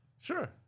Sure